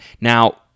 Now